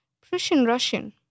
Prussian-Russian